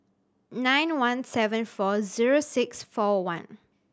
nine one seven four zero six four one